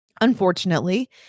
Unfortunately